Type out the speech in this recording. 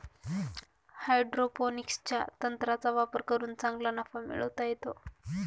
हायड्रोपोनिक्सच्या तंत्राचा वापर करून चांगला नफा मिळवता येतो